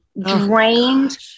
drained